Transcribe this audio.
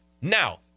Now